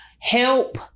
help